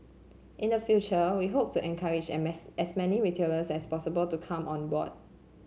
in the future we hope to encourage and as many retailers as possible to come on board